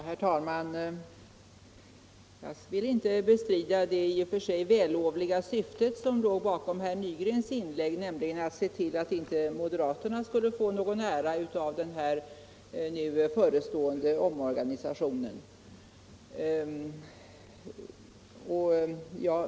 Herr talman! Jag vill inte säga något om det i och för sig vällovliga syftet bakom herr Nygrens inlägg, nämligen att se till att moderaterna inte skall få någon ära av den nu förestående omorganisationen.